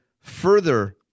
further